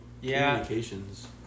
communications